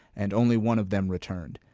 and only one of them returned.